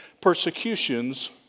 persecutions